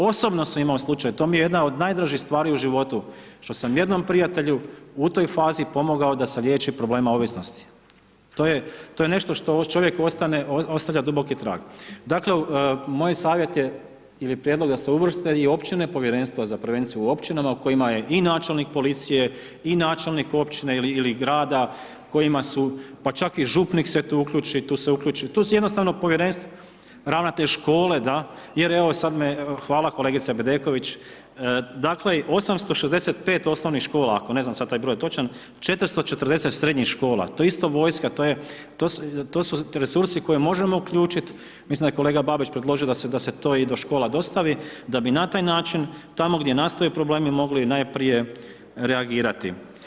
Osobno sam imao slučaj, to mi je jedna od najdražih stvari u životu, što sam jednom prijatelju u toj fazi pomogao da se liječi problema ovisnosti, to je, to je nešto što u čovjeku ostavlja duboki trag, dakle moj savjet je ili prijedlog da se uvrste i općine, povjerenstva za prevenciju u općinama u kojima je i načelnik policije i načelnik općine ili grada kojima su, pa čak i župnik se tu uključi, tu je uključi, tu se jednostavno povjerenstvo, ravnatelj škole da, jer evo i sad me, hvala kolegice Bedeković, dakle 865 osnovnih škola, ako ne znam sad taj broj točan, 440 srednjih škola, to je isto vojska, to je, to su resursi koje možemo uključit, mislim da je kolega Babić predložio da se to i do škola dostavi, da bi na taj način tamo gdje nastaju problemi mogli i najprije reagirati.